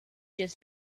just